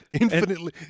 Infinitely